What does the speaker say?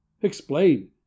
Explain